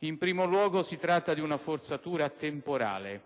In primo luogo, si tratta di una forzatura temporale: